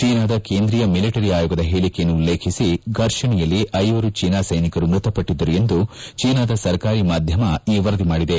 ಚೀನಾದ ಕೇಂದ್ರೀಯ ಮಿಲಿಟರಿ ಆಯೋಗದ ಹೇಳಕೆಯನ್ನು ಉಲ್ಲೇಖಿಸಿ ಫರ್ಷಣೆಯಲ್ಲಿ ಐವರು ಚೀನಾ ಸೈನಿಕರು ಮೃತಪಟ್ಲಿದ್ದರು ಎಂದು ಚೀನಾದ ಸರ್ಕಾರಿ ಮಾಧ್ಯಮ ಈ ವರದಿ ಮಾಡಿದೆ